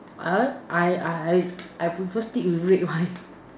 uh I I I I prefer steak with red wine